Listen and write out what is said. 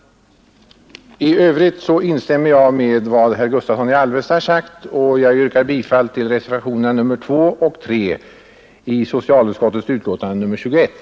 I övrigt instämmer jag i vad herr Gustavsson i Alvesta har sagt, och jag yrkar bifall till reservationerna 2 och 3 i socialutskottets betänkande nr 21.